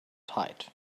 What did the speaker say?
tight